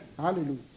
Hallelujah